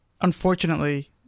Unfortunately